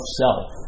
self